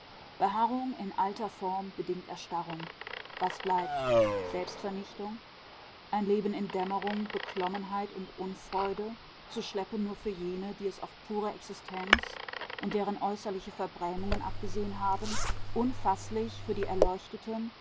beharrung in alter form bedingt erstarrung was bleibt selbstvernichtung ein leben in dämmerung beklommenheit und unfreude zu schleppen nur für jene die es auf pure existenz und deren äußerliche verbrämungen abgesehen haben unfaßlich für die erleuchteten